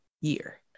year